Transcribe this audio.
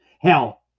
Hell